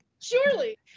Surely